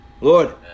Lord